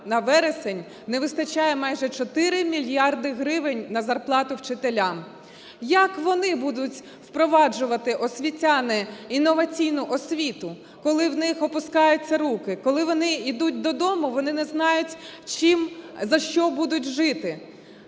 на вересень не вистачає майже 4 мільярди гривень на зарплату вчителям. Як вони будуть впроваджувати, освітяни, інноваційну освіту, коли у них опускаються руки? Коли вони ідуть додому, вони не знають чим, за що будуть жити.